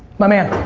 my man?